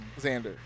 xander